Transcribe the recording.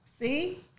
See